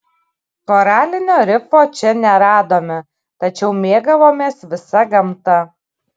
koralinio rifo čia neradome tačiau mėgavomės visa gamta